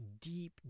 deep